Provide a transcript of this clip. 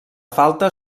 falta